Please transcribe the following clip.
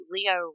Leo